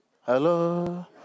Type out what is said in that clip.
Hello